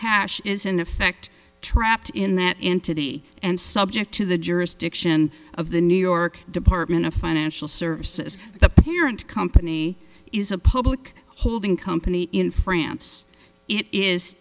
cash is in effect trapped in that into the and subject to the jurisdiction of the new york department of financial services the parent company is a public holding company in france i